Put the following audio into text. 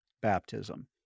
baptism